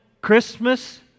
Christmas